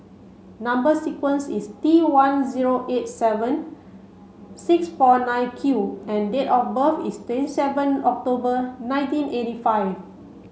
number sequence is T one zero eight seven six four nine Q and date of birth is twenty seven October nineteen eighty five